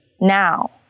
now